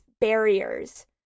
barriers